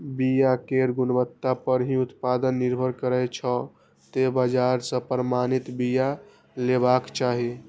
बिया केर गुणवत्ता पर ही उत्पादन निर्भर करै छै, तें बाजार सं प्रमाणित बिया लेबाक चाही